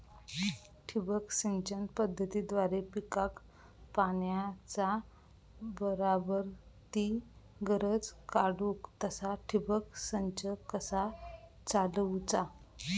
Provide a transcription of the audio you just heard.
ठिबक सिंचन पद्धतीद्वारे पिकाक पाण्याचा बराबर ती गरज काडूक तसा ठिबक संच कसा चालवुचा?